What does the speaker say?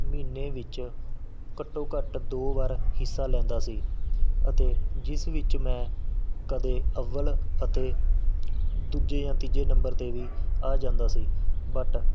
ਮਹੀਨੇ ਵਿੱਚ ਘੱਟੋ ਘੱਟ ਦੋ ਵਾਰ ਹਿੱਸਾ ਲੈਂਦਾ ਸੀ ਅਤੇ ਜਿਸ ਵਿੱਚ ਮੈਂ ਕਦੇ ਅੱਵਲ ਅਤੇ ਦੂਜੇ ਜਾਂ ਤੀਜੇ ਨੰਬਰ 'ਤੇ ਵੀ ਆ ਜਾਂਦਾ ਸੀ ਬਟ